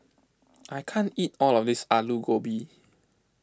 I can't eat all of this Aloo Gobi